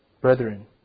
brethren